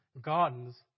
gardens